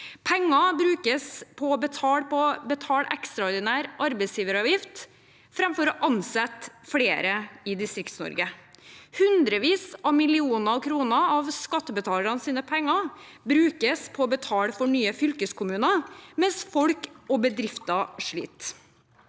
statsbudsjett for 2024 2023 ordinær arbeidsgiveravgift framfor å ansette flere i Distrikts-Norge. Hundrevis av millioner kroner av skattebetalernes penger brukes på å betale for nye fylkeskommuner, mens folk og bedrifter sliter.